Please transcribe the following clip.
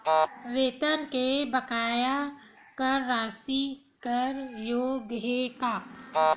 वेतन के बकाया कर राशि कर योग्य हे का?